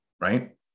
Right